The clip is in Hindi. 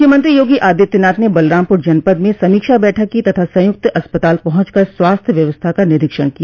मुख्यमंत्री योगी आदित्यनाथ ने बलरामपुर जनपद में समीक्षा बैठक को तथा संयक्त अस्पताल पहुंचकर स्वास्थ्य व्यवस्था का निरीक्षण किया